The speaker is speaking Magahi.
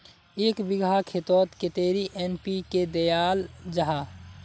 एक बिगहा खेतोत कतेरी एन.पी.के दियाल जहा?